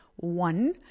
one